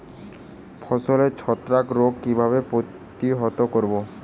ফসলের ছত্রাক রোগ কিভাবে প্রতিহত করব?